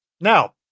Now